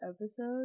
episode